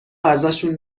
ازشون